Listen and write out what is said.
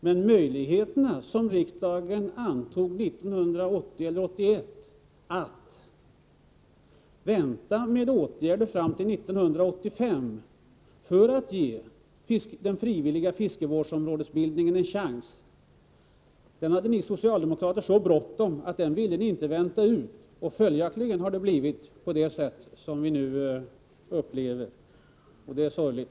Riksdagen gav 1980 eller 1981 regeringen möjlighet att vänta med åtgärder fram till 1985 för att ge den frivilliga fiskevårdsområdesbildningen en chans. Sedan hade ni socialdemokrater så bråttom att ni inte ville vänta ut fristen. Följaktligen har det blivit på det sätt som vi nu upplever, och det är sorgligt.